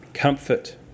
Comfort